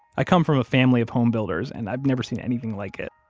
i come from a family of homebuilders, and i've never seen anything like it.